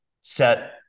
Set